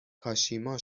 کاشیما